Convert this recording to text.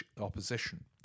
opposition